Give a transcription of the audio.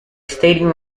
stadium